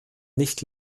nicht